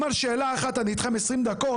אם על שאלה אחת אני אתכם 20 דקות,